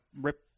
rip